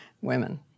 Women